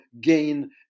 gain